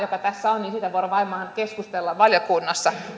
joka tässä on voimme varmaan keskustella valiokunnassa